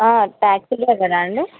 taxi డ్రైవరా అండి